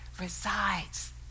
resides